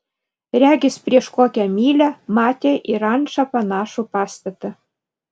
regis prieš kokią mylią matė į rančą panašų pastatą